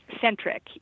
centric